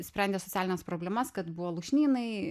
sprendė socialines problemas kad buvo lūšnynai